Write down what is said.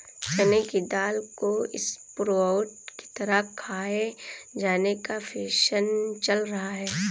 चने की दाल को स्प्रोउट की तरह खाये जाने का फैशन चल रहा है